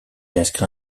inscrit